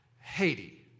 Haiti